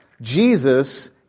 Jesus